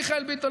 מיכאל ביטון,